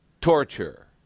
torture